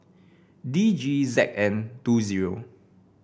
D G Z N two zero